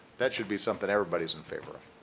that should be something everybody's in favor of.